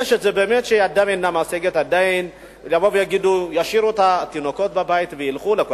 אלה שבאמת ידם אינה משגת עדיין ישאירו את התינוקות בבית וילכו לעבוד,